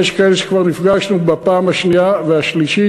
יש כאלה שכבר נפגשנו בפעם השנייה והשלישית,